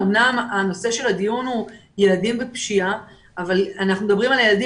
אמנם הנושא של הדיון הוא ילדים בפשיעה אבל אנחנו מדברים על הילדים